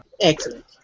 Excellent